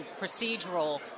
procedural